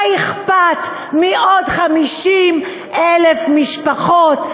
מה אכפת מעוד 50,000 משפחות,